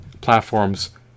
platforms